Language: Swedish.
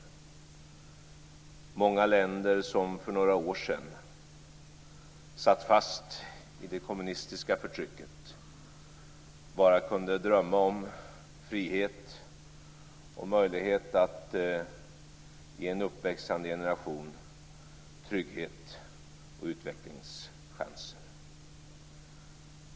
Det handlar om många länder som för några år sedan satt fast i det kommunistiska förtrycket och som bara kunde drömma om frihet och möjlighet att ge en uppväxande generation trygghet och utvecklingschanser.